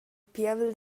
pievel